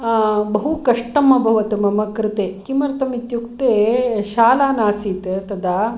बहुकष्टम् अभवत् मम कृते किमर्थम् इत्युक्ते शाला नासीत् तदा